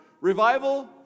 Revival